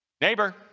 Neighbor